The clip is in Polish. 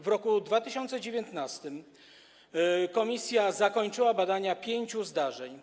W roku 2019 komisja zakończyła badanie 5 zdarzeń.